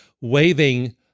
waving